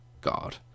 God